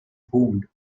boomed